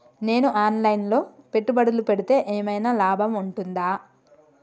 నేను online లో పెట్టుబడులు పెడితే ఏమైనా లాభం ఉంటదా?